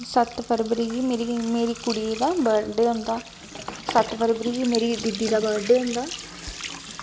सत्त फरवरी गी मेरी कुड़ी दा बर्थ डे होंदा सत्त फरवरी गी मेरी दीदी दा बर्थ डे होंदा